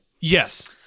Yes